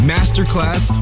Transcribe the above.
Masterclass